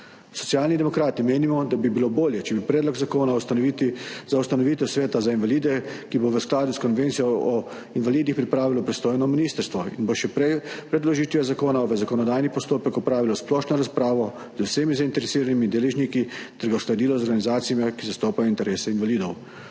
Socialni demokrati menimo, da bi bilo bolje, če bi predlog zakona za ustanovitev sveta za invalide, ki bo v skladu s Konvencijo o invalidih, pripravilo pristojno ministrstvo in bi še pred vložitvijo zakona v zakonodajni postopek opravilo splošno razpravo z vsemi zainteresiranimi deležniki ter ga uskladilo z organizacijami, ki zastopajo interese invalidov.